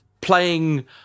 playing